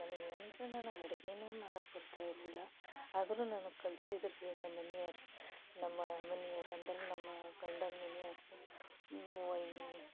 ನನಗೆ ಅಂದ್ರ ನನಗೆ ಅಡುಗೇನೆ ಮಾಡಾಕೆ ಬರ್ತಾ ಇರಲಿಲ್ಲ ಆದರು ನಾನು ಕಲ್ಸಿದ್ರ ರೀ ನಮ್ಮ ಮನಿಯವರು ನಮ್ಮ ಮನಿಯವರು ಅಂದರೆ ನಮ್ಮ ಗಂಡನ ಮನಿಯವರು ವೈನಿ